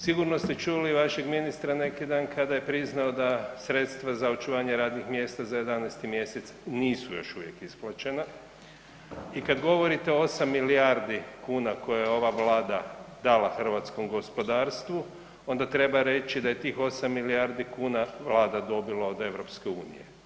Sigurno ste čuli vašeg ministra neki dan kada je priznao da sredstva za očuvanje radnih mjesta za 11. mj. nisu još uvijek isplaćena i kad govorite o 8 milijardi kuna koje je ova Vlada dala hrvatskom gospodarstvu, onda treba reći da je tih 8 milijardi kuna Vlada dobila od EU.